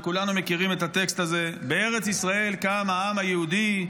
וכולנו מכירים את הטקסט הזה: "בארץ ישראל קם העם היהודי,